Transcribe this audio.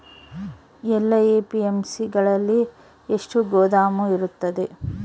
ಎಲ್ಲಾ ಎ.ಪಿ.ಎಮ್.ಸಿ ಗಳಲ್ಲಿ ಎಷ್ಟು ಗೋದಾಮು ಇರುತ್ತವೆ?